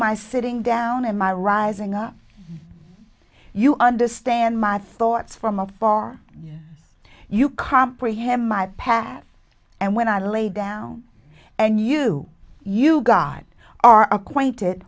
my sitting down and my rising up you understand my thoughts from afar yes you comprehend my path and when i lay down and you you god are acquainted